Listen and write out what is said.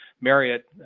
Marriott